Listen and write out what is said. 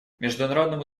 международному